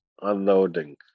unloading